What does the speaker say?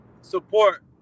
support